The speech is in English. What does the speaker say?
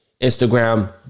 Instagram